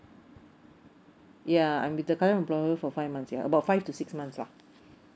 ya I'm with the current employer for five months ya about five to six months lah